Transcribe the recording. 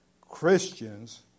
Christians